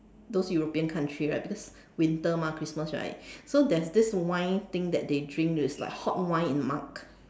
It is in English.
those European country right because the winter mah Christmas right so there's this wine thing that they drink which is like hot wine in mug